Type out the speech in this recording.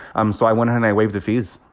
um so i went in, and i waived the fees.